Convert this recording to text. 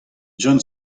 john